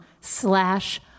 slash